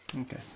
Okay